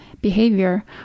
behavior